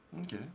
okay